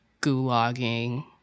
gulagging